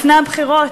לפני הבחירות,